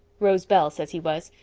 rose bell says he was.